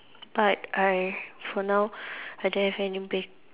but I for now I don't have any bake